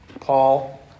Paul